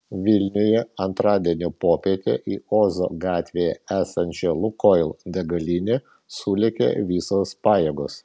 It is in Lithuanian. vilniuje antradienio popietę į ozo gatvėje esančią lukoil degalinę sulėkė visos pajėgos